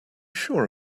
sure